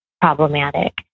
problematic